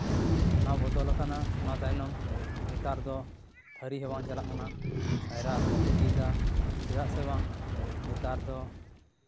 ᱚᱱᱟ ᱵᱚᱫᱚᱞ ᱟᱠᱟᱱᱟ ᱚᱱᱟ ᱛᱟᱭᱱᱚᱢ ᱱᱮᱛᱟᱨ ᱫᱚ ᱛᱷᱟᱹᱨᱤ ᱦᱚᱸᱵᱟᱝ ᱪᱟᱞᱟᱜ ᱠᱟᱱᱟ ᱪᱷᱟᱭᱨᱟ ᱦᱚᱸ ᱵᱟᱠᱚ ᱤᱫᱤᱭᱫᱟ ᱪᱮᱫᱟᱜ ᱥᱮᱵᱟᱝ ᱱᱮᱛᱟᱨ ᱫᱚ